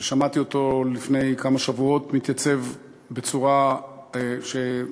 ששמעתי אותו לפני כמה שבועות מתייצב בצורה שקשה